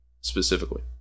specifically